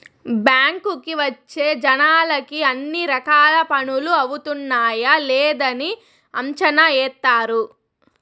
బ్యాంకుకి వచ్చే జనాలకి అన్ని రకాల పనులు అవుతున్నాయా లేదని అంచనా ఏత్తారు